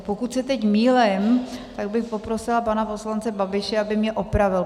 Pokud se teď mýlím, tak bych poprosila pana poslance Babiše, aby mě opravil.